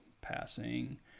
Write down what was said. Passing